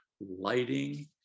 lighting